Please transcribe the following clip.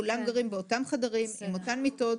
כולם גרים באותם חדרים עם אותן מיטות.